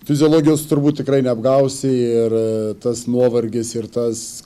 fiziologijos turbūt tikrai neapgausi ir tas nuovargis ir tas